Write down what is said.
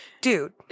Dude